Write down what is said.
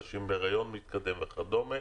נשים בהיריון מתקדם וכדומה